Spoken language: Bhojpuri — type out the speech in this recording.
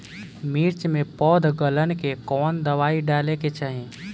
मिर्च मे पौध गलन के कवन दवाई डाले के चाही?